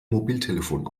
mobiltelefon